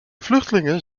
vluchtelingen